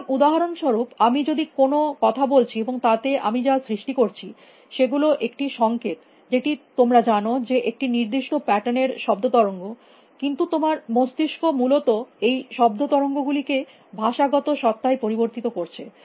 সুতরাং উদাহরণস্বরূপ আমি যদি কোনো কথা বলছি এবং তাতে আমি যা সৃষ্টি করছি সেগুলো একটি সংকেত যেটি তোমরা জানো যে একটি নির্দিষ্ট প্যাটার্ন এর শব্দ তরঙ্গ কিন্তু তোমার মস্তিষ্ক মূলত এই শব্দ তরঙ্গ গুলিকে ভাষাগত সত্ত্বায় পরিবর্তিত করছে